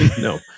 No